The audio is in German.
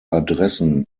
adressen